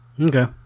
Okay